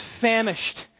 famished